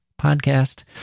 podcast